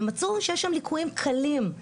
ומצאו שיש שם ליקויים קלים.